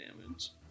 damage